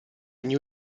new